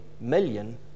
million